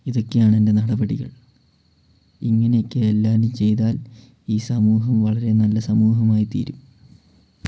ഇതൊക്കെയാണെൻ്റെ നടപടികൾ ഇങ്ങനെ ഒക്കെ എല്ലാവരും ചെയ്താൽ ഈ സമൂഹം വളരെ നല്ല സമൂഹമായിത്തീരും